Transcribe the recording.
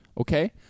Okay